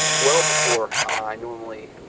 well before i normally